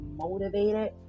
motivated